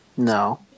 No